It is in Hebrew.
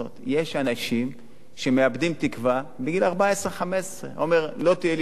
יש אנשים שמאבדים תקווה בגיל 15-14. אומר: לא תהיה לי בגרות.